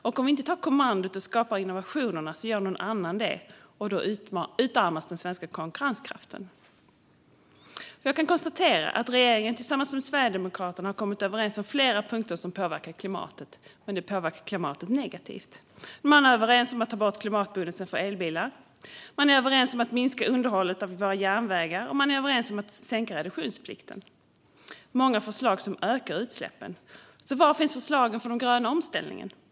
Och om inte vi tar kommandot och skapar innovationerna gör någon annan det, och då utarmas den svenska konkurrenskraften. Jag kan konstatera att regeringen tillsammans med Sverigedemokraterna har kommit överens om flera punkter som påverkar klimatet negativt. Man är överens om att ta bort klimatbonusen för elbilar, man är överens om att minska underhållet av våra järnvägar och man är överens om att sänka reduktionsplikten. Det är många förslag som ökar utsläppen. Var finns förslagen för den gröna omställningen?